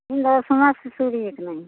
ᱤᱧᱫᱚ ᱥᱚᱢᱟᱡ ᱥᱩᱥᱟᱹᱨᱤᱭᱟᱹ ᱠᱟᱹᱱᱟᱹᱧ